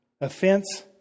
offense